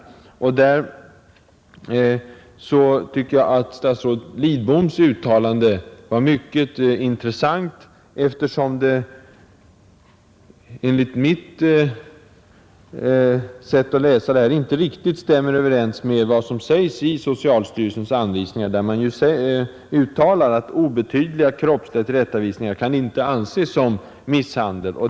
Jag tycker att statsrådet Lidboms uttalande på den punkten är mycket intressant, eftersom det enligt mitt sätt att läsa inte riktigt stämmer överens med vad som sägs i socialstyrelsens anvisningar. Där uttalas att obetydliga kroppsliga tillrättavisningar inte kan anses som misshandel.